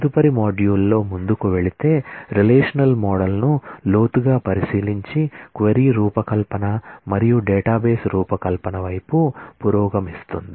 తదుపరి మాడ్యూల్లో ముందుకు వెళితే రిలేషనల్ మోడల్ను లోతుగా పరిశీలించి క్వరీ రూపకల్పన మరియు డేటాబేస్ రూపకల్పన వైపు పురోగమిస్తుంది